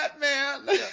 Batman